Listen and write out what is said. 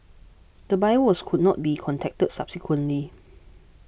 the buyer was could not be contacted subsequently